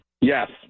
Yes